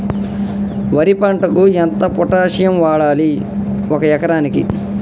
వరి పంటకు ఎంత పొటాషియం వాడాలి ఒక ఎకరానికి?